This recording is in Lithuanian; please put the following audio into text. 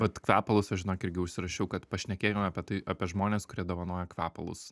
vat kvepalus aš žinok irgi užsirašiau kad pašnekėkim apie tai apie žmones kurie dovanoja kvepalus